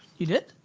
you did?